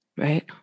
Right